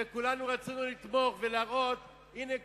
וכולנו רצינו לתמוך ולהראות: הנה,